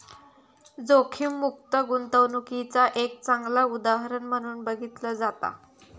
जोखीममुक्त गुंतवणूकीचा एक चांगला उदाहरण म्हणून बघितला जाता